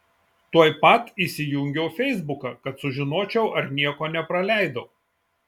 tuoj pat įsijungiau feisbuką kad sužinočiau ar nieko nepraleidau